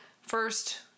First